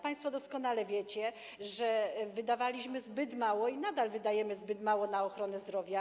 Państwo doskonale wiecie, że wydawaliśmy i nadal wydajemy zbyt mało na ochronę zdrowia.